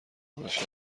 باشد